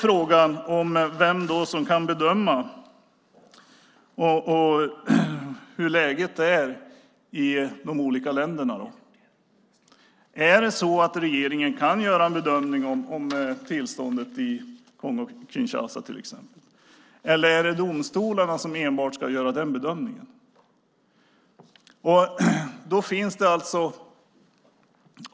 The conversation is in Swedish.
Frågan är vem som kan bedöma hur läget är i de olika länderna. Kan regeringen göra en bedömning av tillståndet till exempel i Kongo-Kinshasa, eller är det enbart domstolarna som ska göra den bedömningen?